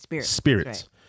spirits